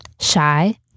Shy